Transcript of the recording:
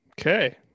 Okay